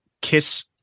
Kiss